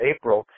April